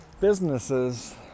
businesses